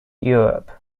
europe